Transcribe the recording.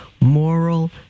moral